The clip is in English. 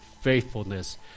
faithfulness